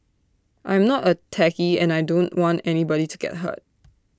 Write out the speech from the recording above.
I am not A techie and I don't want anybody to get hurt